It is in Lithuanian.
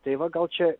tai va gal čia